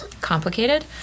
Complicated